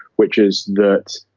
which is that,